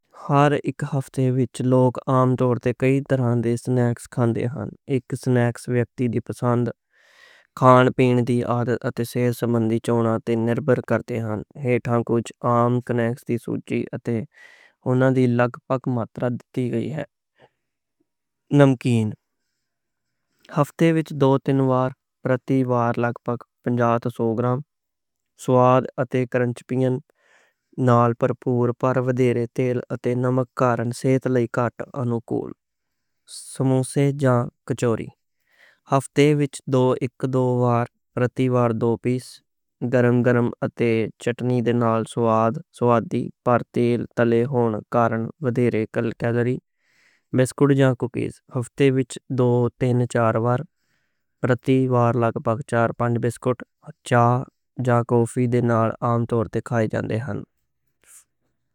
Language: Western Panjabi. ہفتے وچ لوک عام طور تے کئی طرحاں دے سنیکس کھان۔ اے سنیکس اک بندے دی پسند تے عادت تے صحت مند چونا تے انحصار کردے نیں۔ کچھ عام سنیکس دی فہرست تے انہاں دی تقریباً مقدار: ہفتے وچ دو تین وار، پرتی وار تقریباً پانچ سو گرام، سواد تے کرنچ نال، پر ودھیرے تیل تے نمک کارن صحت لئی کٹ انوکول۔ سموسے جاں کچوری ہفتے وچ دو اک دو وار، پرتی وار دو پیس، گرم گرم تے چٹنی دے نال سواد دی، پر تیل تلے ہون کارن ودھیرے کل کیلری۔